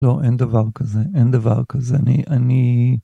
לא אין דבר כזה אין דבר כזה אני אני.